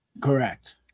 Correct